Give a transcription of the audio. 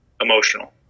emotional